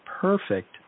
perfect